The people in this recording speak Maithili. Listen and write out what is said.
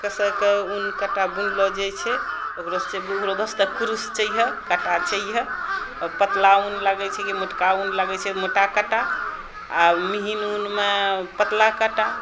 कसय कऽ ऊन काँटा बुनलो जाइ छै ओकरो वास्ते कुरुस चाहिय काँटा चाहिय आओर पतला ऊन लागै छै कि मोटका ऊन लागै छै मोटा काँटा आओर महिन ऊनमे पतला काँटा